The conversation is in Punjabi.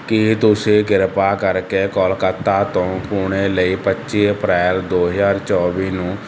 ਕੀ ਤੁਸੀਂ ਕਿਰਪਾ ਕਰਕੇ ਕੋਲਕਾਤਾ ਤੋਂ ਪੁਣੇ ਲਈ ਪੱਚੀ ਅਪ੍ਰੈਲ ਦੋ ਹਜ਼ਾਰ ਚੌਵੀ ਨੂੰ